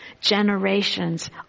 generations